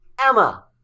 Emma